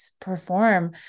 perform